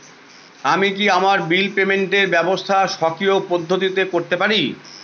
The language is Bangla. আমি কি আমার বিল পেমেন্টের ব্যবস্থা স্বকীয় পদ্ধতিতে করতে পারি?